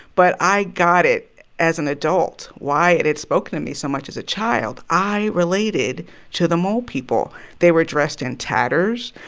but i got it as an adult why it had spoken to me so much as a child. i related to the mole people. they were dressed in tatters.